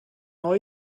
neu